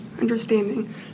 understanding